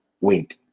wind